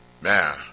man